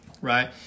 right